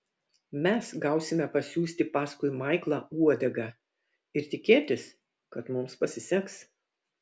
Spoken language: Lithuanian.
mes gausime pasiųsti paskui maiklą uodegą ir tikėtis kad mums pasiseks